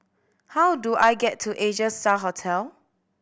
how do I get to Asia Star Hotel